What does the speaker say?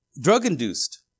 Drug-induced